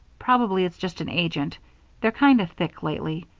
probably it's just an agent they're kind of thick lately.